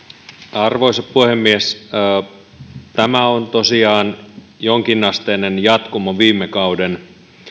arvoisa puhemies tämä on tosiaan jonkinasteinen jatkumo viime kauden